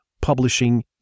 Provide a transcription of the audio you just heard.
publishing